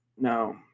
no